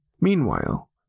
Meanwhile